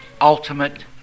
ultimate